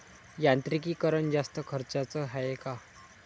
यांत्रिकीकरण जास्त खर्चाचं हाये का?